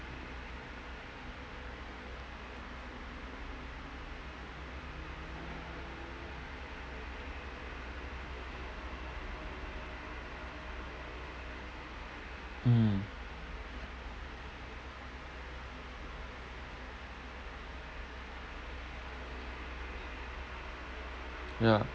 mmhmm